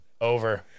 Over